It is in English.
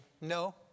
No